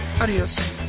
Adios